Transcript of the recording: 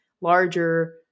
larger